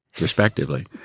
respectively